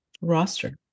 roster